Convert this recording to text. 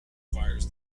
requires